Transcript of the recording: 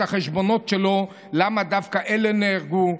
את החשבונות שלו למה דווקא אלה נהרגו,